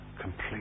complete